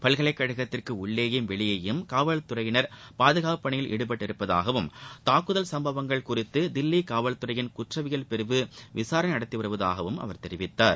பல்கலைக் கழகத்திற்கு உள்ளேயும் வெளியேயும் காவல்துறையினர் பாதுகாப்புப் பணியில் ஈடுபட்டிருப்பதாகவும் தாக்குதல் சம்பவங்கள் குறித்து தில்லி காவல்துறையின் குற்றவியல் பிரிவு விசாரணை நடத்தி வருவதாகவும் அவர் தெரிவித்துள்ளார்